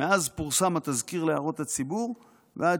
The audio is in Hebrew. מאז פורסם התזכיר להערות הציבור ועד